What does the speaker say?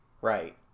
Right